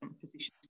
positions